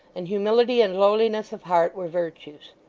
and humility and lowliness of heart were virtues.